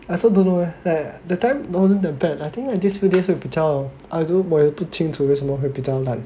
I also don't know leh that time wasn't that bad I think these few days 会比较 I don't know why 我也不清楚为什么会比较 like